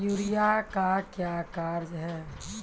Urea का क्या कार्य हैं?